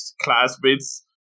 classmates